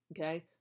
Okay